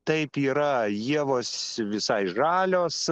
taip yra ievos visai žalios